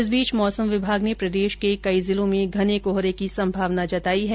इस बीच मौसम विभाग ने प्रदेश के कई जिलों में घने कोहरे की संभावना जताई है